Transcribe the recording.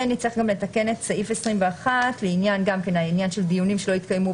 ונצטרך גם לתקן את סעיף 21 לעניין הדיונים שלא התקיימו